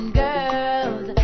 girls